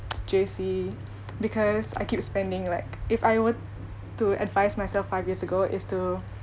J_C because I keep spending like if I were to advise myself five years ago is to